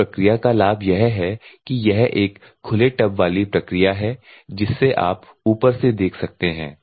इस प्रक्रिया का लाभ यह है कि यह एक खुले टब वाली प्रक्रिया है जिससे आप ऊपर से देख सकते हैं